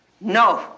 No